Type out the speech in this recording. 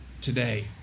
today